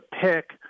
pick